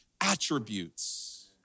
attributes